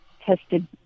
tested